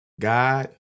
God